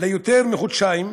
ליותר מחודשיים,